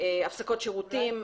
הפסקות שירותים,